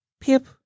Pip